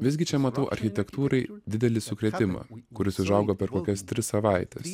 visgi čia matau architektūrai didelį sukrėtimą kuris užaugo per kokias tris savaites